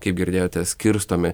kaip girdėjote skirstomi